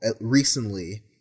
recently